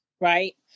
right